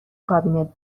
کابینت